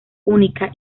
única